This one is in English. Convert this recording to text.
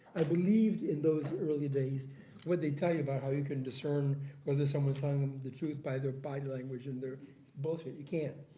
i believed in those early days what they tell you about how you can discern whether someone is telling the truth by their body language and their bullshit, you can't.